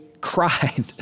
cried